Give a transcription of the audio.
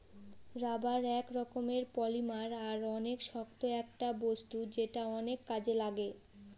rubber এক রকমের polymer আর অনেক শক্ত একটা বস্তু যেটা অনেক কাজে লাগে